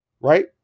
Right